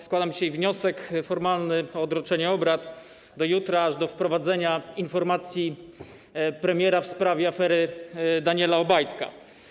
Składam dzisiaj wniosek formalny o odroczenie obrad do jutra, aż do wprowadzenia informacji premiera w sprawie afery Daniela Obajtka.